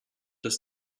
dass